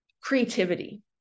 creativity